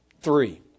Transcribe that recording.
Three